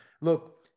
look